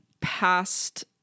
past